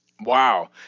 Wow